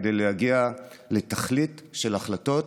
כדי להגיע לתכלית של החלטות.